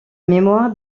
mémoire